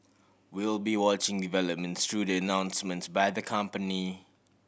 we will be watching developments through the announcements by the company